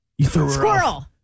Squirrel